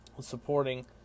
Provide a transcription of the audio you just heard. supporting